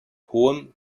hohem